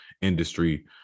industry